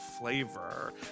flavor